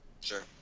Sure